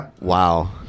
Wow